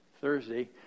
Thursday